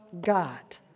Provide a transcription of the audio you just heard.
God